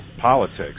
politics